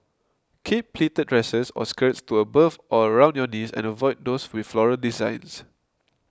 keep pleated dresses or skirts to above or around your knees and avoid those with floral designs